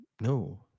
no